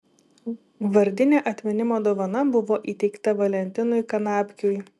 vardinė atminimo dovana buvo įteikta valentinui kanapkiui